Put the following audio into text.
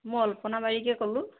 মই অল্পনা বাৰিকে ক'লোঁ